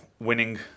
winning